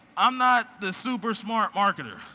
i'm not the super smart markter.